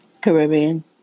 Caribbean